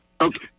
Okay